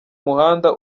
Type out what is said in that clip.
muhanda